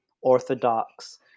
orthodox